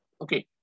okay